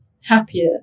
happier